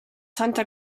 santa